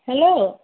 hello